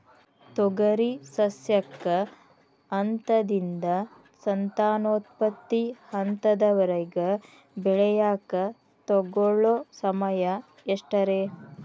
ತೊಗರಿ ಸಸ್ಯಕ ಹಂತದಿಂದ, ಸಂತಾನೋತ್ಪತ್ತಿ ಹಂತದವರೆಗ ಬೆಳೆಯಾಕ ತಗೊಳ್ಳೋ ಸಮಯ ಎಷ್ಟರೇ?